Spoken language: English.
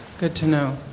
good to know,